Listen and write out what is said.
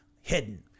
hidden